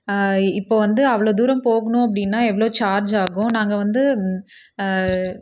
இப்போது வந்து அவ்வளோ தூரம் போகணும் அப்படின்னா எவ்வளோ சார்ஜ் ஆகும் நாங்கள் வந்து